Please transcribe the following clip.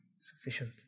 sufficient